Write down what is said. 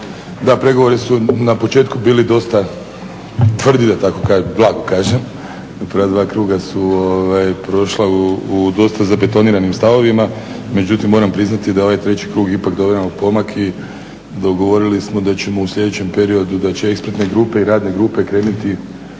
da, pregovori su na početku bili dosta tvrdi da tako kažem, blago kažem, prva dva kruga su prošla u dosta zabetoniranim stavovima. Međutim, moram priznati da u ovaj treći krug ipak dobivamo pomake. Dogovorili smo da ćemo u sljedećem periodu da će …/Govornik se ne razumije./… grupe i radne grupe krenuti